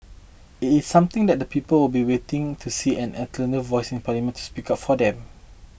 it is something that people will be wanting to see an alternative voice in parliament to speak up for them